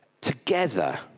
together